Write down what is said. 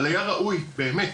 אבל היה ראוי באמת